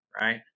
right